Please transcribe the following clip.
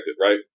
right